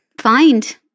find